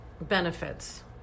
benefits